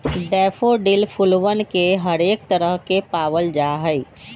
daffodil फूलवन के हरेक तरह के पावल जाहई